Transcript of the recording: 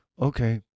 Okay